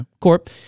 Corp